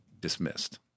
dismissed